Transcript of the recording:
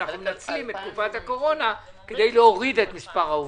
אנחנו מנצלים את תקופת הקורונה כדי להוריד את מספר העובדים.